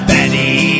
Betty